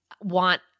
want